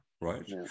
right